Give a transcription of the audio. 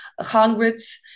hundreds